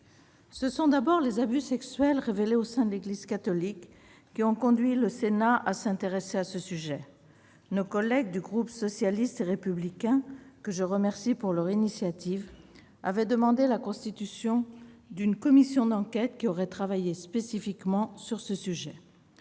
Ce sont d'abord les abus sexuels révélés au sein de l'Église catholique qui ont conduit le Sénat à s'intéresser à ce sujet. Nos collègues du groupe socialiste et républicain, que je remercie de leur initiative, avaient demandé la constitution d'une commission d'enquête qui aurait travaillé spécifiquement sur ce sujet.